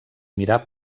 mirar